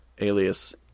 alias